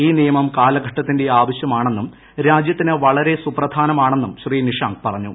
ഈ നിയമം കാലഘട്ടത്തിന്റെ ആവശ്യമാണെന്നും രാജ്യത്തിന് വളരെ സുപ്രധാനമാണെന്നും ശ്രീ ്നിഷാങ്ക് പറഞ്ഞു